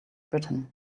britain